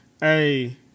Hey